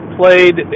played